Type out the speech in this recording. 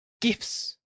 Gifts